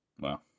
Wow